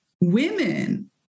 women